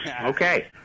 Okay